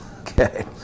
okay